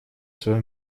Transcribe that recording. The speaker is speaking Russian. своем